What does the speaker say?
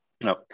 no